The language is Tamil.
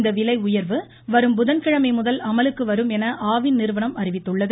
இந்த விலை உயா்வு வரும் புதன்கிழமை முதல் அமலுக்கு வரும் என ஆவின் நிறுவனம் அறிவித்துள்ளது